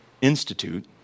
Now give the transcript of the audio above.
Institute